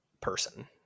person